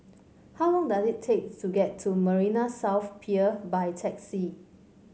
how long does it take to get to Marina South Pier by taxi